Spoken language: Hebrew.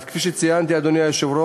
אז כפי שציינתי, אדוני היושב-ראש,